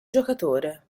giocatore